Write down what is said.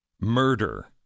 murder